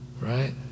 right